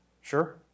Sure